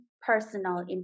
personal